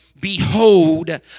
Behold